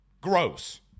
Gross